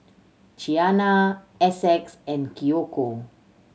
Qiana Essex and Kiyoko